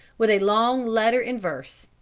with a long letter in verse,